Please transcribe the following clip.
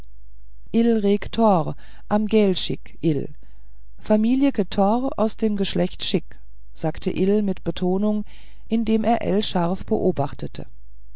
am gel schick ill familie ktohr aus dem geschlechte schick sagte ill mit betonung indem er ell scharf beobachtete